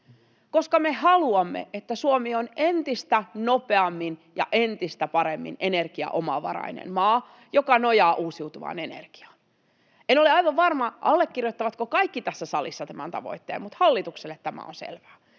koska me haluamme, että Suomi on entistä nopeammin ja entistä paremmin energiaomavarainen maa, joka nojaa uusiutuvaan energiaan. En ole aivan varma, allekirjoittavatko kaikki tässä salissa tämän tavoitteen, mutta hallitukselle tämä on selvää,